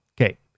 Okay